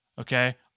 Okay